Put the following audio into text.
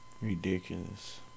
Ridiculous